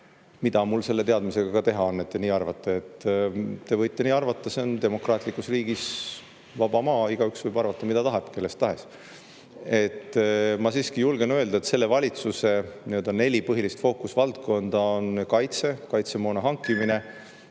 mida mul selle teadmisega ka teha on, et te nii arvate? Te võite nii arvata – see on demokraatlik riik ja meil on vaba maa, igaüks võib arvata, mida tahab, kellest tahes. Ma siiski julgen öelda, et selle valitsuse nii-öelda neli põhilist fookusvaldkonda on kaitse, kaitsemoona hankimine,